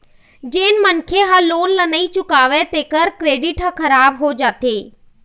जेन मनखे ह लोन ल नइ चुकावय तेखर क्रेडिट ह खराब हो जाथे